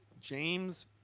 James